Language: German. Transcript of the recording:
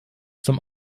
zum